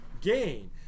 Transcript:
gain